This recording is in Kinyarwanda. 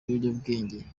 ibiyobyabwenge